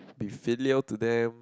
be filial to them